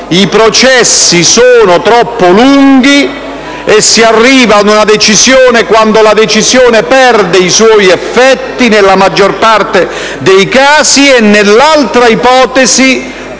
i processi sono troppo lunghi e si arriva ad una decisione quando la stessa ha perso i suoi effetti nella maggior parte dei casi e, nell'altra ipotesi,